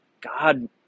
God